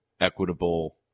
equitable